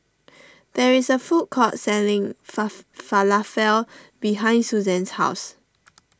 there is a food court selling fa Falafel behind Suzanne's house